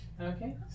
Okay